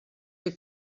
que